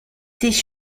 sich